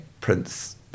prince